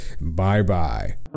Bye-bye